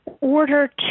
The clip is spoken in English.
order